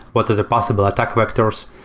what is the possible attack vectors?